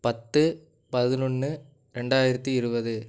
பத்து பதினொன்று ரெண்டாயிரத்து இருபது